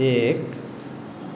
एक